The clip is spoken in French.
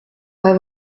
pas